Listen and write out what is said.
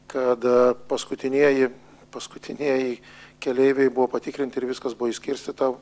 kada paskutinieji paskutinieji keleiviai buvo patikrinti ir viskas buvo išskirstyta